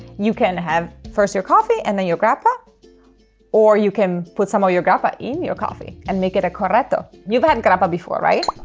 you can have first your coffee and then your grappa or you can put some of your grappa in your coffee and make it a corretto. you've had and grappa before, right?